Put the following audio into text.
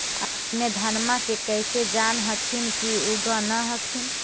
अपने धनमा के कैसे जान हखिन की उगा न हखिन?